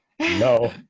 No